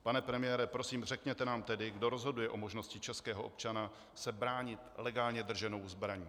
Pane premiére, prosím, řekněte nám tedy, kdo rozhoduje o možnosti českého občana se bránit legálně drženou zbraní.